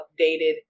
updated